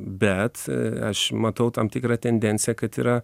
bet aš matau tam tikrą tendenciją kad yra